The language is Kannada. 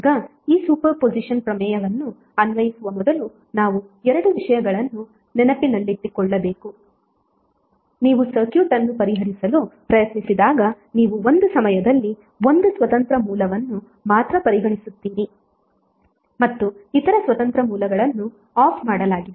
ಈಗ ಈ ಸೂಪರ್ ಪೊಸಿಷನ್ ಪ್ರಮೇಯವನ್ನು ಅನ್ವಯಿಸುವ ಮೊದಲು ನಾವು 2 ವಿಷಯಗಳನ್ನು ನೆನಪಿನಲ್ಲಿಟ್ಟುಕೊಳ್ಳಬೇಕು ನೀವು ಸರ್ಕ್ಯೂಟ್ ಅನ್ನು ಪರಿಹರಿಸಲು ಪ್ರಯತ್ನಿಸಿದಾಗ ನೀವು ಒಂದು ಸಮಯದಲ್ಲಿ ಒಂದು ಸ್ವತಂತ್ರ ಮೂಲವನ್ನು ಮಾತ್ರ ಪರಿಗಣಿಸುತ್ತೀರಿ ಮತ್ತು ಇತರ ಸ್ವತಂತ್ರ ಮೂಲಗಳನ್ನು ಆಫ್ ಮಾಡಲಾಗಿದೆ